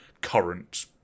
current